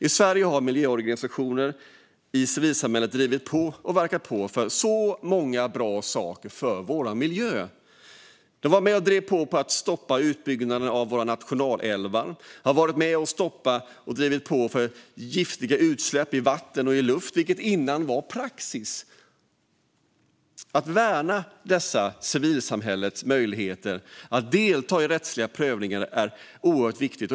I Sverige har miljöorganisationer i civilsamhället drivit på och verkat för många bra saker för vår miljö. De var med och drev på för att stoppa utbyggnaderna av våra nationalälvar och har drivit på för att stoppa giftiga utsläpp i vatten och luft, utsläpp som tidigare varit praxis. Att värna civilsamhällets möjligheter att delta i rättsliga prövningar är oerhört viktigt.